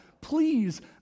Please